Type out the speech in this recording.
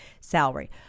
salary